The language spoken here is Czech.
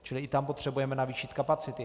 Čili i tam potřebujeme navýšit kapacity.